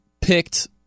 picked